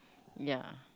ya